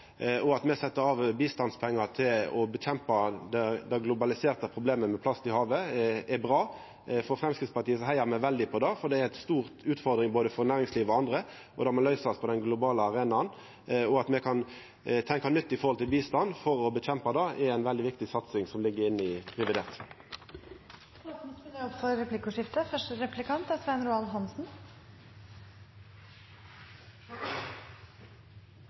kva satsing me har på hav. At me set av bistandspengar til å kjempa mot det globaliserte problemet med plast i havet, er bra. Framstegspartiet heiar veldig på det, for det er ei stor utfordring for både næringslivet og andre, og det må løysast på den globale arenaen. At me kan tenkja nytt om bistand for å kjempa mot dette, er ei veldig viktig satsing som ligg inne i revidert. Det blir replikkordskifte. Etter å ha opplevd den gamle Fremskrittsparti-høvdingen Carl I.